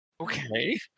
Okay